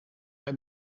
hij